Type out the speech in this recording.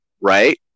right